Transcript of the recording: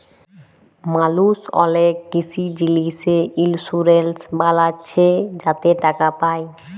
মালুস অলেক কিসি জিলিসে ইলসুরেলস বালাচ্ছে যাতে টাকা পায়